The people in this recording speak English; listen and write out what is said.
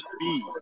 speed